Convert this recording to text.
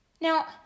Now